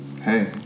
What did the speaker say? hey